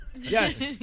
Yes